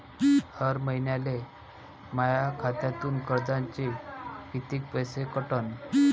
हर महिन्याले माह्या खात्यातून कर्जाचे कितीक पैसे कटन?